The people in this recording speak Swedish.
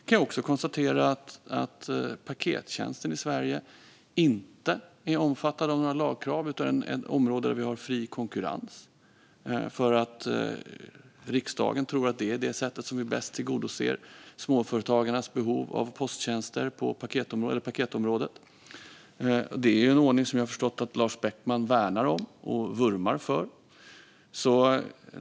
Jag kan också konstatera att pakettjänsten i Sverige inte omfattas av några lagkrav utan är ett område med fri konkurrens - för att riksdagen tror att det är det sätt man bäst tillgodoser småföretagares behov på paketområdet. Det är en ordning som jag har förstått att Lars Beckman värnar om och vurmar för.